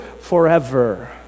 forever